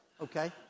okay